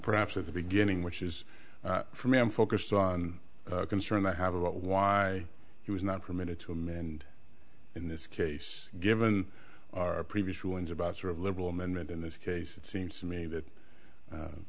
perhaps at the beginning which is for me i'm focused on concern i have about why he was not permitted to amend in this case given our previous rulings about sort of liberal amendment in this case it seems to me that